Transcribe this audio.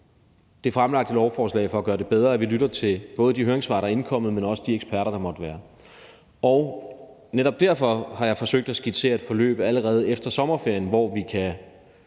det fremsatte forslag for at gøre det bedre, at vi lytter til både de høringssvar, der er indkommet, men også de eksperter, der måtte være. Netop derfor har jeg forsøgt at skitsere et forløb allerede efter sommerferien, hvor vi kan